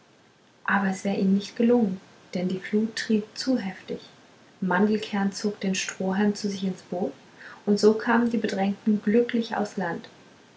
aber es wäre ihnen nicht gelungen denn die flut trieb zu heftig mandelkern zog den strohhalm zu sich ins boot und so kamen die bedrängten glücklich aus land